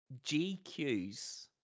GQ's